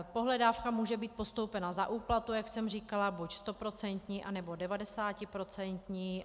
Pohledávka může být postoupena za úplatu, jak jsem říkala, buď stoprocentní, anebo devadesátiprocentní.